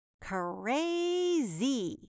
Crazy